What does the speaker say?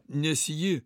nes ji